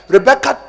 Rebecca